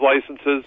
licenses